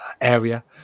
area